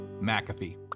McAfee